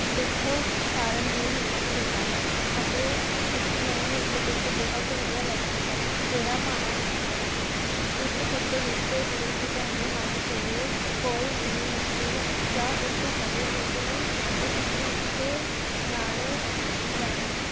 ਦੁੱਖ ਸਹਾਰਨ ਦੀ ਹਿੰਮਤ ਦਿੰਦਾ ਹੈ ਅਤੇ ਇ ਮੈਨੂੰ ਇੱਕ ਤੁੱਕ ਬਹੁਤ ਵਧੀਆ ਲੱਗਦੀ ਹੈ ਤੇਰਾ ਭਾਣਾ ਮਿੱਠਾ ਲਾਗੈ ਇਸ ਤੁੱਕ ਵਿੱਚ ਗੁਰੂ ਜੀ ਕਹਿੰਦੇ ਹਨ ਕਿ ਕੋਈ ਵੀ ਮੁਸ਼ਕਿਲ ਜਾ ਦੁੱਖ ਹੋਵੇ ਤੁਸੀਂ ਉਸ ਨੂੰ ਮਿੱਠੇ ਨਾਲ਼ ਲੈਣਾ ਹੈ